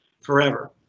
forever